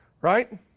right